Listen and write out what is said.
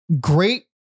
great